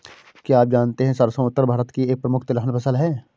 क्या आप जानते है सरसों उत्तर भारत की एक प्रमुख तिलहन फसल है?